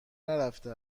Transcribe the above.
نرفته